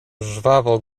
żwawo